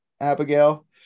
abigail